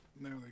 No